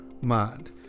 mind